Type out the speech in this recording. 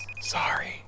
Sorry